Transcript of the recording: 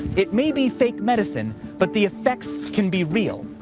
it may be fake medicine, but the effects can be real.